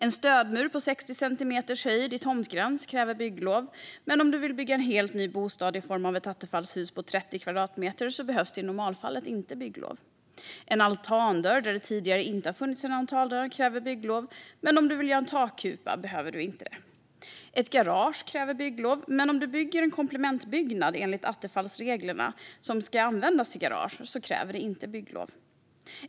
En stödmur på 60 centimeters höjd vid tomtgräns kräver bygglov, men om du vill bygga en helt ny bostad i form av ett attefallshus på 30 kvadratmeter behövs det i normalfallet inte bygglov. En altandörr där det tidigare inte funnits en altandörr kräver bygglov, men om du vill göra en takkupa behövs det inte. Ett garage kräver bygglov, men om du bygger en komplementbyggnad enligt attefallsreglerna och den ska användas till garage krävs inte bygglov.